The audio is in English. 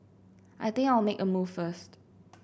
I think I'll make a move first